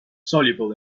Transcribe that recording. soluble